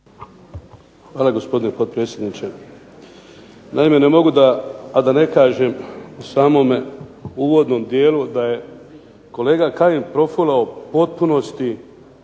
Hvala gospodine potpredsjedniče. Naime ne mogu da a da ne kažem u samome uvodnom dijelu da je kolega Kajin profulao u potpunosti